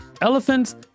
Elephants